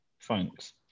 thanks